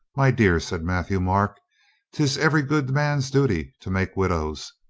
my dear, said matthieu-marc, tis every good man's duty to make widows.